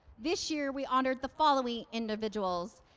this year we honored the following individuals.